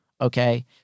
okay